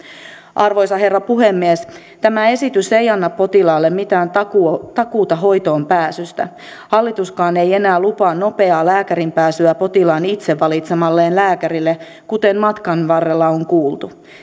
arvoisa herra puhemies tämä esitys ei anna potilaalle mitään takuuta takuuta hoitoon pääsystä hallituskaan ei enää lupaa nopeaa lääkäriin pääsyä potilaan itse valitsemalle lääkärille kuten matkan varrella on kuultu